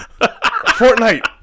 Fortnite